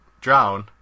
drown